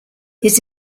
his